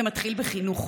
זה מתחיל בחינוך.